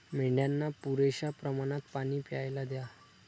मेंढ्यांना पुरेशा प्रमाणात पाणी प्यायला द्या